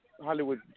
Hollywood